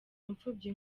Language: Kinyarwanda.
imfubyi